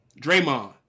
Draymond